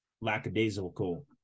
lackadaisical